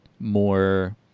more